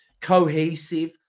cohesive